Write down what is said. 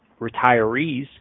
retirees